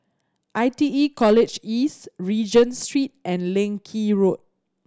I T E College East Regent Street and Leng Kee Road